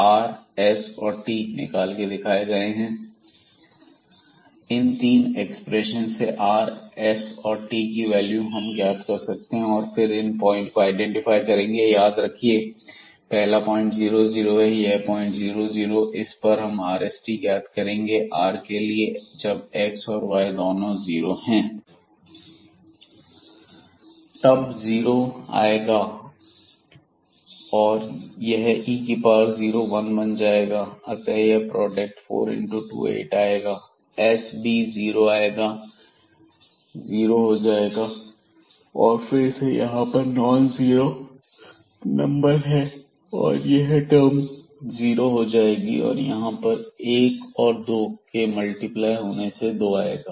rfxxxy2e x2 4y24 20x28x4 y22x2y2 sfxyxy4xye x2 4y2 1716x24y2 tfyyxy2e x2 4y21 20y2 16x2 128x2y232y4 इन तीन expression से r s और t की value हम ज्ञात कर सकते हैं और फिर इन पॉइंट को आईडेंटिफाई करेंगे याद रखिए पहला पॉइंट 00 है यह पॉइंट 00 है इस पर हम r s और t को ज्ञात करेंगे r के लिए जब x और y दोनों जीरो हैं तब जीरो आएगा और यह e0 वन बन जाएगा अतः यह प्रोडक्ट 4×28 आएगा s भी जीरो जाएगा और फिर से यहां पर नॉन जीरो नंबर है और यह टर्म जीरो हो जाएगी और यहां पर एक और दो के मल्टिप्लाई होने से 2 आएगा